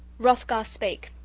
hrothgar spake,